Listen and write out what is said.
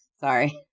sorry